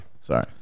Sorry